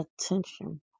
attention